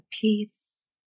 peace